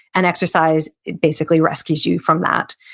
and exercise basically rescues you from that.